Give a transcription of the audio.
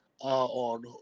on